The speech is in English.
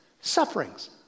sufferings